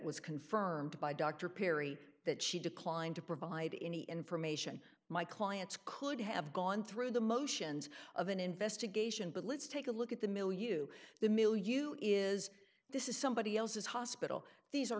was confirmed by dr perry that she declined to provide any information my clients could have gone through the motions of an investigation but let's take a look at the mill you the mill you is this is somebody else's hospital these